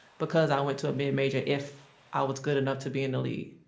because i went to a mid-major if i was good enough to be in the league.